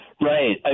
Right